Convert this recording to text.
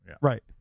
Right